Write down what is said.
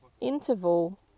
interval